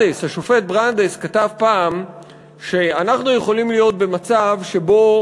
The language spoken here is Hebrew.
השופט ברנדייס כתב פעם שאנחנו יכולים להיות במצב שבו